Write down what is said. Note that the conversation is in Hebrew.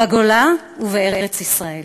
בגולה ובארץ-ישראל.